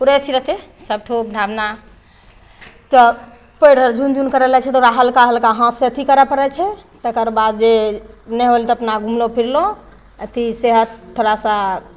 पुरे एथी रहतै सब ठोप धाबना तऽ केओ रहल झुन झुन करऽ लगै छै तऽ ओकरा हल्का हल्का हाँथ से अथी करए लै पड़ै छै तेकरबाद जे नहि होएल तऽ अपना घुमलहुँ फिरलहुँ अथी सेहत थोड़ा सा